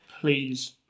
please